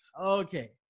Okay